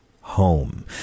home